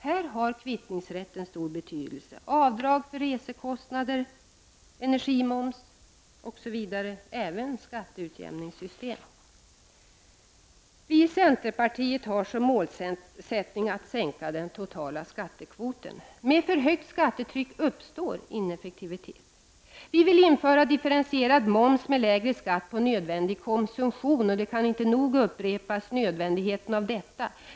Här har kvittningsrätten, avdrag för resekostnader, energimoms och även skatteutjämningssystem stor betydelse. Vi i centerpartiet har som målsättning att sänka den totala skattekvoten. Med för högt skattetryck uppstår ineffektivitet. Vi vill införa differentierad moms med lägre skatt på nödvändig konsumtion. Nödvändigheten av detta kan inte nog upprepas.